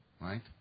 right